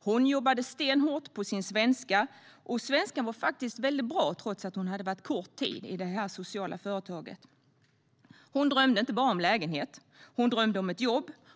Hon jobbade stenhårt på sin svenska, och svenskan var faktiskt väldigt bra, trots att hon hade varit kort tid i det sociala företaget. Hon drömde inte bara om lägenhet. Hon drömde om ett jobb.